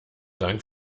dank